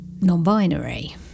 non-binary